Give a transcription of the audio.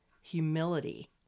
humility